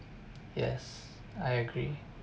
yes I agree